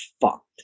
fucked